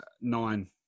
nine